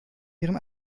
ihren